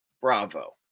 Bravo